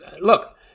look